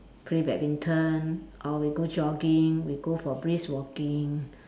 play badminton or we go jogging we go for brisk walking